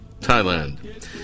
Thailand